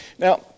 Now